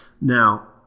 Now